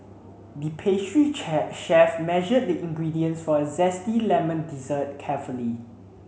the pastry chair chef measured the ingredients for a zesty lemon dessert carefully